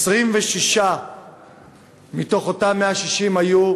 26 מתוך אותם 160 היו